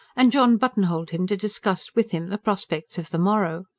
and john buttonholed him to discuss with him the prospects of the morrow.